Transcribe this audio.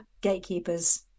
gatekeepers